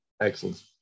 excellent